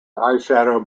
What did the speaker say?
eyeshadow